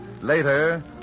Later